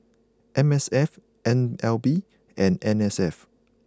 M S F N L B and N S F